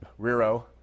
Rero